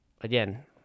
again